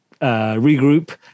regroup